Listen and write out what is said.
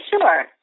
sure